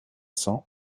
cents